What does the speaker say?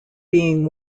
being